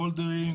בולדרים,